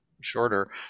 shorter